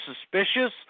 suspicious